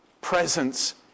presence